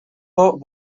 hot